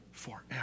forever